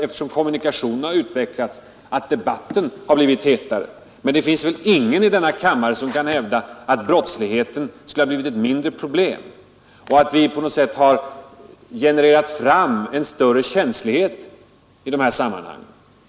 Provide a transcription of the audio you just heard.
Eftersom kommunikationerna har utvecklats, är det möjligt att debatten har blivit hetare, men det finns ingen i denna kammare som kan hävda att brottsligheten skulle ha blivit ett mindre problem och att vi på något sätt genererat fram en större känslighet i dessa sammanhang.